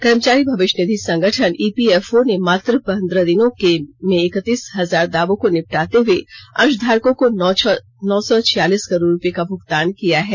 कर्मचारी भविष्य निधि संगठन ईपीएफओ ने मात्र पंद्रह दिनों में इकतीस हजार दावों को निपटाते हुए अंशधारकों को नौ सौ छियालीस करोड़ रुपये का भुगतान किया है